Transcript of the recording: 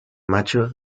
macho